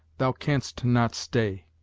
thou canst not stay.